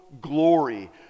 glory